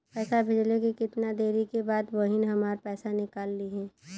पैसा भेजले के कितना देरी के बाद बहिन हमार पैसा निकाल लिहे?